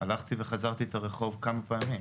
הלכתי וחזרתי את הרחוב כמה פעמים,